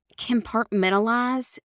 compartmentalize